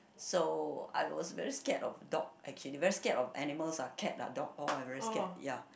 so I was very scared of dog actually very scared of animals lah cat ah dog all I very scared